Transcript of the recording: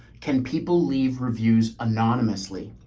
can people leave reviews anonymously?